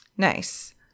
Nice